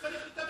צריך לטפל בה,